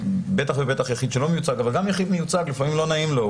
בטח ובטח יחיד שלא מיוצג אבל גם יחיד מיוצג לפעמים לא נעים לו.